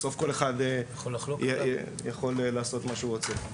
בסוף כל אחד יכול לעשות מה שהוא רוצה.